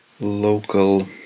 local